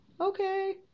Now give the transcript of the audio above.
Okay